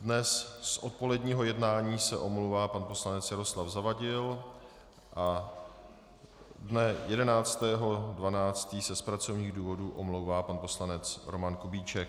Dnes z odpoledního jednání se omlouvá pan poslanec Jaroslav Zavadil a dne 11. 12. se z pracovních důvodů omlouvá pan poslanec Roman Kubíček.